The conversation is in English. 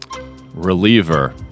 reliever